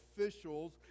officials